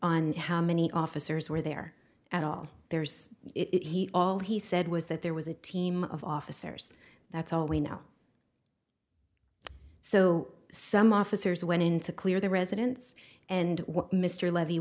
on how many officers were there at all there's it he all he said was that there was a team of officers that's all we know so some officers went in to clear the residence and mr levy